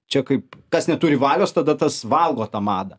čia kaip kas neturi valios tada tas valgo tą madą